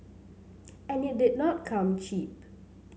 and it did not come cheap